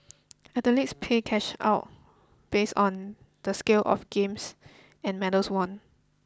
athletes pay cash out based on the scale of games and medals won